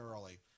early